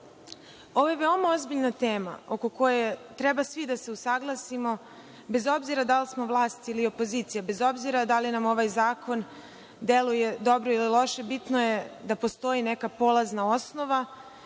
Ovo je veoma ozbiljna tema oko koje treba svi da se usaglasimo, bez obzira da li smo vlast ili opozicija, bez obzira da li nam ovaj zakon deluje dobro ili loše, bitno je da postoji neka polazna osnova.